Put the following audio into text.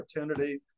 opportunity